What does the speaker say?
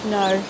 no